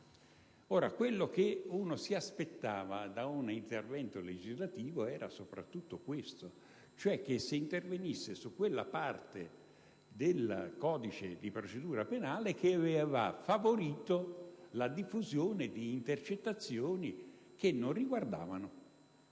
Quel che ci si sarebbe aspettati da un intervento legislativo era soprattutto che si intervenisse su quella parte del codice di procedura penale che aveva favorito la diffusione di intercettazioni che non riguardavano